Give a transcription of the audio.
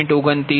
20840 0